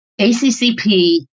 ACCP